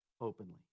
openly